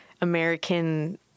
american